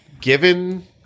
given